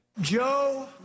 joe